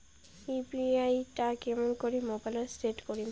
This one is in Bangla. ইউ.পি.আই টা কেমন করি মোবাইলত সেট করিম?